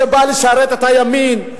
שבאה לשרת את הימין.